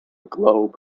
globe